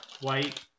white